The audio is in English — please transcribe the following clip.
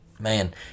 Man